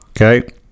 Okay